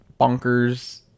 bonkers